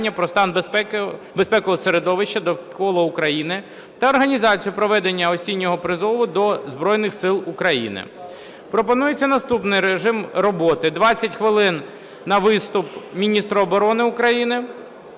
про стан безпекового середовища довкола України та організацію проведення осіннього призову до Збройних Сил України. Пропонується наступний режим роботи: 20 хвилин - на виступ міністра оборони України,